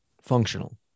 functional